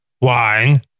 wine